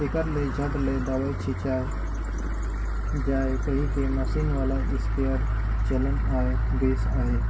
तेकर ले झट ले दवई छिचाए जाए कहिके मसीन वाला इस्पेयर चलन आए गइस अहे